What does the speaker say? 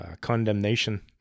condemnation